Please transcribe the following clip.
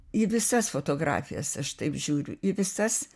į visas fotografijas aš taip žiūriu į visas